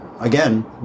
again